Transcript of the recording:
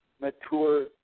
mature